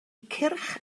cyrch